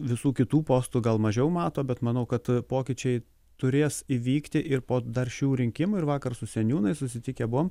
visų kitų postų gal mažiau mato bet manau kad pokyčiai turės įvykti ir po dar šių rinkimų ir vakar su seniūnais susitikę buvom